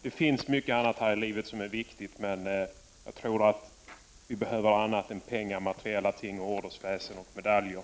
Det finns mycket annat här i livet som är viktigt — jag tror att vi behöver mycket annat än pengar, materiella ting, ordensväsende och medaljer!